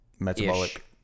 metabolic